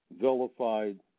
vilified